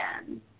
again